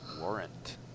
warrant